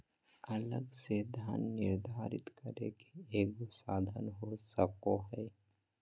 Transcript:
अलग से धन निर्धारित करे के एगो साधन हो सको हइ